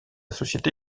société